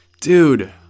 Dude